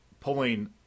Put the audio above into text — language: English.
pulling